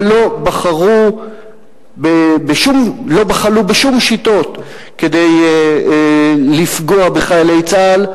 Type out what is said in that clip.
שלא בחלו בשום שיטות כדי לפגוע בחיילי צה"ל,